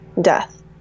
death